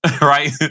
Right